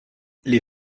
les